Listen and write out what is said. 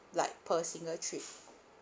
like per single trip